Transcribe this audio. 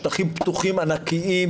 שטחים פתוחים ענקיים,